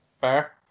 Fair